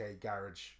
garage